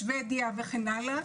שבדיה וכן הלאה,